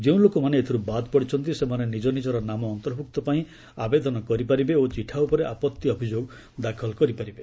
ଯେଉଁ ଲୋକମାନେ ଏଥିରୁ ବାଦ୍ ପଡ଼ିଛନ୍ତି ସେମାନେ ନିଜ ନିଜର ନାମ ଅନ୍ତର୍ଭୁକ୍ତପାଇଁ ଆବେଦନ କରିପାରିବେ ଓ ଚିଠା ଉପରେ ଆପତ୍ତି ଅଭିଯୋଗ ଦାଖଲ କରିପାରିବେ